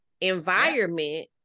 environment